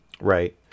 Right